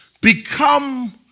become